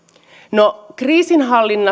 no kriisinhallinta